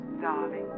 darling